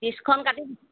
ত্ৰিছখন কাটি